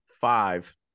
five